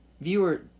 viewer